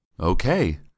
Okay